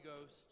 Ghost